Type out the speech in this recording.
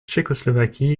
tchécoslovaquie